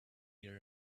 hear